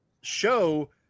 show